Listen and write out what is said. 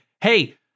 Hey